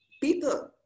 people